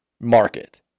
market